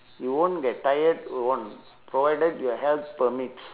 you won't get tired won't provided your health permits